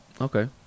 Okay